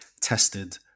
tested